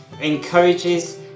encourages